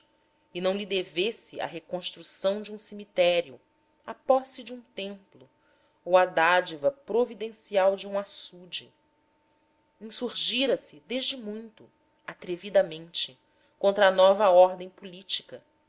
e não lhe devesse a reconstrução de um cemitério a posse de um templo ou a dádiva providencial de um açude insurgira se desde muito atrevidamente contra a nova ordem política